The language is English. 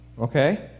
okay